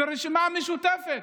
ברשימה המשותפת,